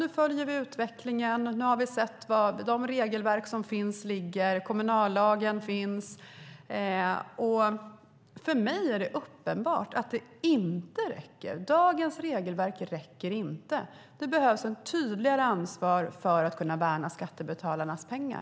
Man följer utvecklingen, man har nu sett var regelverken ligger, och kommunallagen finns. För mig är det uppenbart att det inte räcker. Dagens regelverk räcker inte. Det behöver tas ett tydligare ansvar för att kunna värna skattebetalarnas pengar.